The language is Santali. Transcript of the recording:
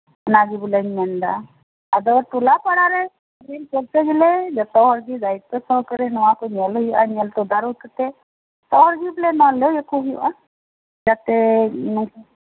ᱚᱱᱟᱜᱮ ᱵᱚᱞᱮᱧ ᱢᱮᱱᱫᱟ ᱟᱫᱚ ᱴᱚᱞᱟ ᱯᱟᱲᱟᱨᱮᱱ ᱡᱚᱛᱚ ᱦᱚᱲᱜᱮ ᱫᱟᱭᱤᱛᱛᱚ ᱥᱚᱦᱚᱠᱟᱨᱮ ᱱᱚᱣᱟ ᱠᱚ ᱧᱞ ᱦᱩᱭᱩᱜᱼᱟ ᱧᱮᱞ ᱛᱚᱫᱟᱨᱚᱫ ᱠᱟᱛᱮᱫ ᱦᱚᱲ ᱞᱟᱹᱭ ᱟᱠᱩ ᱦᱩᱭᱩᱜᱼᱟ ᱚᱞᱡᱩᱛ ᱠᱟᱛᱮᱜ ᱞᱟᱹᱭ ᱟᱠᱚ ᱦᱩᱭᱩᱜᱼᱟ ᱡᱟᱛᱮ